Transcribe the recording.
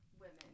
women